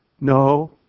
No